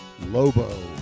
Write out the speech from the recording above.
Lobo